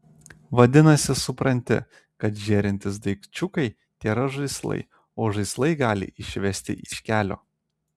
vadinasi supranti kad žėrintys daikčiukai tėra žaislai o žaislai gali išvesti iš kelio